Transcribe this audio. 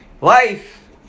life